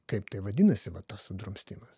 kaip tai vadinasi va tas sudrumstimas